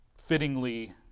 fittingly